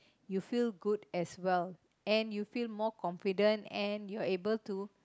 you feel good as well and you feel more confident